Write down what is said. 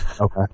Okay